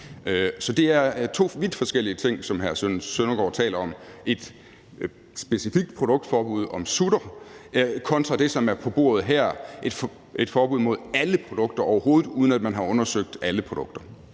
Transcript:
Så det er to vidt forskellige ting, som hr. Søren Søndergaard taler om: et specifikt produktforbud i forhold til sutter kontra det, som er på bordet her, nemlig et forbud mod alle produkter overhovedet, uden at man har undersøgt alle produkter.